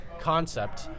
concept